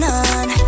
on